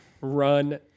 Run